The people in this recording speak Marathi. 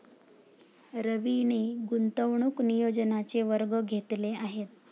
रवीने गुंतवणूक नियोजनाचे वर्ग घेतले आहेत